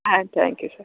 ah thank you sir